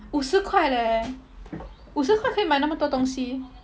五十块 leh 五十块可以买那么都东西